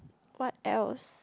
what else